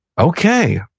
Okay